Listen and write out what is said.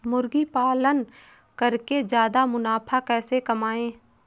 मुर्गी पालन करके ज्यादा मुनाफा कैसे कमाएँ?